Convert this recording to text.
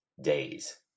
days